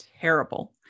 terrible